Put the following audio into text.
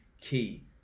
key